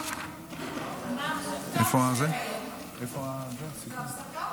שבעה בעד, אין מתנגדים.